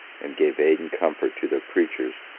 and gave aid and comfort to their preachers,